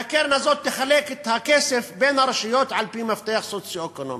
והקרן הזאת תחלק את הכסף בין הרשויות על-פי מפתח סוציו-אקונומי,